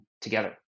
together